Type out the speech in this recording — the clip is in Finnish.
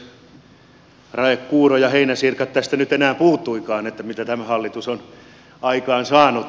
raekuuro ja heinäsirkat tästä nyt enää puuttuivatkaan että mitä tämä hallitus on aikaansaanut